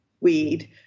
weed